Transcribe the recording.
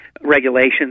regulations